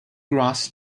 grass